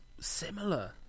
similar